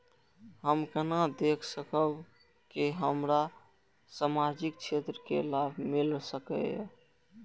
हम केना देख सकब के हमरा सामाजिक क्षेत्र के लाभ मिल सकैये?